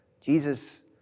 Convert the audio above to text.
Jesus